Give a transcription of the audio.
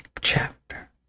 chapter